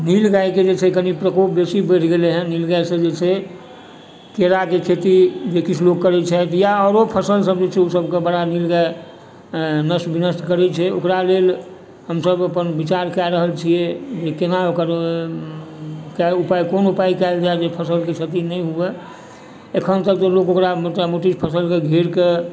नील गायके जे छै कनि प्रकोप बेसी बढ़ि गेलै हँ नील गायसँ जे छै केराके खेती जे किछु लोक करै छथि या आओरो फसल जे छै ने सबके बड़ा नील गाय नष्ट विनष्ट करै छै ओकरा लेल हमसब अपन विचार कए रहल छियै जे कोना ओकर कए कोन उपाय कयल जाय जे फसलकेँ क्षति नहि हुवै एखन तक लोक ओकरा मोटा मोटी फसलके घेर कऽ